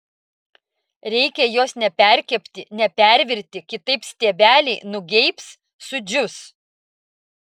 reikia jos neperkepti nepervirti kitaip stiebeliai nugeibs sudžius